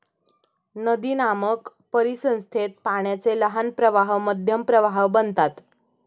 नदीनामक परिसंस्थेत पाण्याचे लहान प्रवाह मध्यम प्रवाह बनतात